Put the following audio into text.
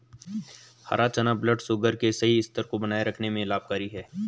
हरा चना ब्लडशुगर के सही स्तर को बनाए रखने में भी लाभकारी है